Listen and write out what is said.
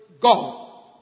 God